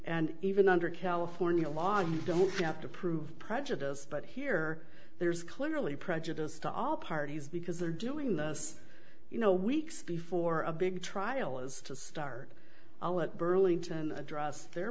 and even under california law you don't have to prove prejudiced but here there's clearly prejudice to all parties because they're doing this you know weeks before a big trial is to start at burlington address their